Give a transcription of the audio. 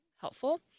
helpful